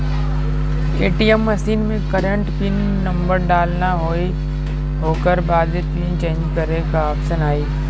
ATM मशीन में current pin number डालना होई ओकरे बाद पिन चेंज करे क ऑप्शन आई